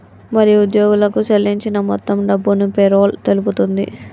మరి ఉద్యోగులకు సేల్లించిన మొత్తం డబ్బును పేరోల్ తెలుపుతుంది